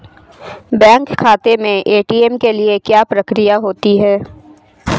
Bank खाते में ATM के लिए क्या प्रक्रिया होती है?